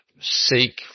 seek